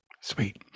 sweet